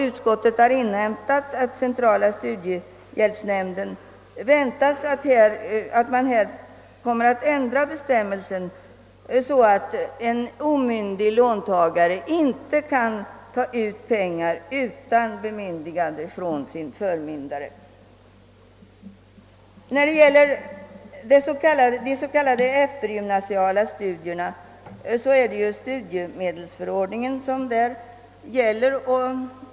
Utskottet har inhämtat att centrala studiehjälpsnämnden förväntar sig en ändring av bestämmelserna så att en omyndig låntagare inte kan få ut pengar utan förmyndares samtycke. Vid s.k. eftergymnasiala studier gäller studiemedelsförordningen.